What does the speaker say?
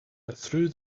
through